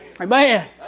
Amen